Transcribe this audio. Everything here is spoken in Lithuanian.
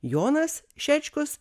jonas šečkus